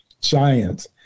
giants